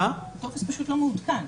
הטופס פשוט לא מעודכן.